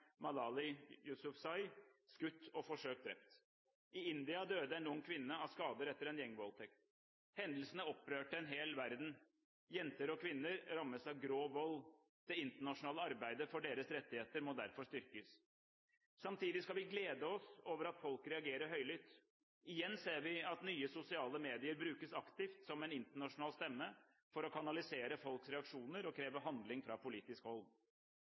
Malala Yousufzai, skutt og forsøkt drept. I India døde en ung kvinne av skader etter en gjengvoldtekt. Hendelsene opprørte en hel verden. Jenter og kvinner rammes av grov vold. Det internasjonale arbeidet for deres rettigheter må derfor styrkes. Samtidig skal vi glede oss over at folk reagerer høylytt. Igjen ser vi at nye sosiale medier brukes aktivt – som en internasjonal stemme – for å kanalisere folks reaksjoner og kreve handling fra politisk hold.